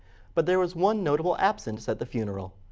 but there was one notable absence at the funeral.